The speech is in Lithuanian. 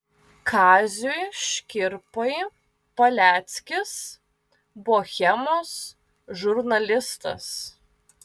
kaziui škirpai paleckis bohemos žurnalistas